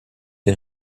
les